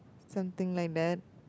something like that